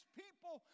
people